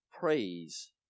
Praise